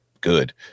good